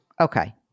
Okay